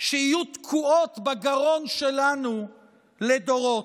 שיהיו תקועות בגרון שלנו לדורות.